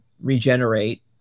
regenerate